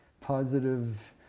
positive